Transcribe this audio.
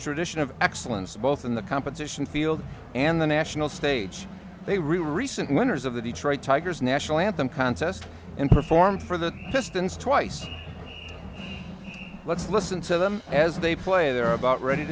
tradition of excellence both in the competition field and the national stage they recently winners of the detroit tigers national anthem contest and perform for the pistons twice let's listen to them as they play they're about ready